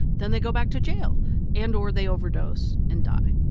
then they go back to jail and or they overdose and die.